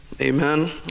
amen